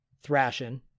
Thrashing